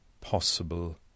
possible